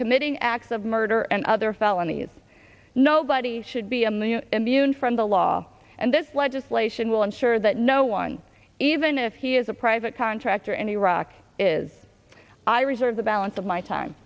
committing acts of murder and other felonies nobody should be among the immune from the law and this legislation will ensure that no one even if he is a private contractor in iraq is i reserve the balance of my time